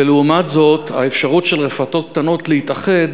ולעומת זאת האפשרות של רפתות קטנות להתאחד